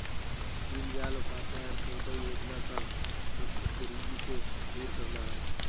दीनदयाल उपाध्याय अंत्योदय योजना का मकसद गरीबी को दूर करना है